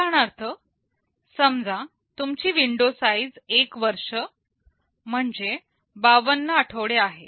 उदाहरणार्थ समजा तुमची विंडो साइज एक वर्ष52 आठवडे आहे